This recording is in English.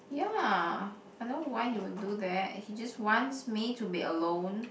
yeah I don't know why he would do that he just wants me to be alone